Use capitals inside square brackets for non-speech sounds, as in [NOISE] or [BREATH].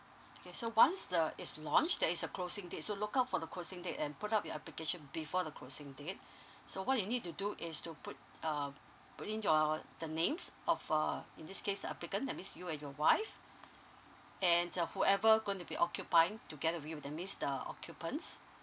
okay so once the is launch there is closing date so look out for the closing date and put up your application before the closing date [BREATH] so what you need to do is to put err put in your the names of err in this case the applicant that means you and your wife and uh whoever going to be occupying to get that means the occupants